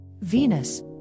Venus